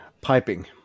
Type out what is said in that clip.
piping